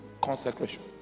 consecration